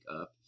up